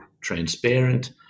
transparent